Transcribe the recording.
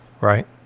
right